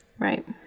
Right